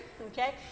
okay